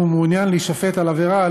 ואם הוא מעוניין להישפט על העבירה,